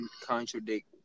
contradict